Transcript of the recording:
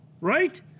Right